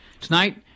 tonight